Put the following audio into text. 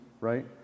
right